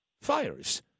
fires